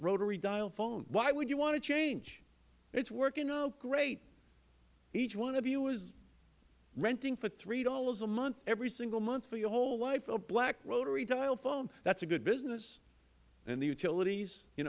rotary dial phone why would you want to change it is working out great each one of you is renting for three dollars a month every single month for your whole life a black rotary telephone that is a good business and the utilities you